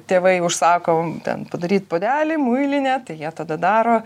tėvai užsako ten padaryt puodelį muilinę tai jie tada daro